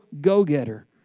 go-getter